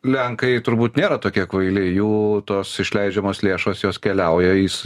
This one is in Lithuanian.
lenkai turbūt nėra tokie kvailiai jų tos išleidžiamos lėšos jos keliauja is